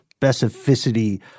specificity